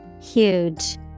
Huge